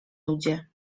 ludzie